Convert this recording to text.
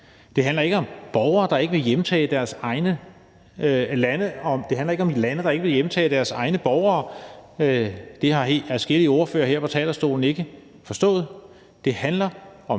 forhold og situationen i deres hjemland har forbedret sig. Det handler ikke om lande, der ikke vil hjemtage deres egne borgere. Det har adskillige ordførere her på talerstolen ikke forstået. Det handler om